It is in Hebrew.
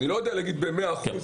אני לא יודע להגיד במאה אחוז.